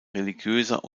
religiöser